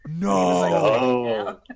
No